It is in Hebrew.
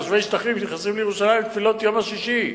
תושבי שטחים שנכנסים לירושלים לתפילות יום השישי,